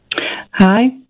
Hi